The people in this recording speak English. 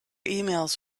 emails